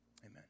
amen